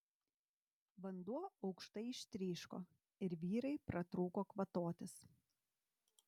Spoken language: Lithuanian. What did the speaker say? vanduo aukštai ištryško ir vyrai pratrūko kvatotis